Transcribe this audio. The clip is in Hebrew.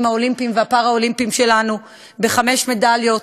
האולימפיים והפאראלימפיים שלנו בחמש מדליות: